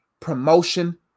promotion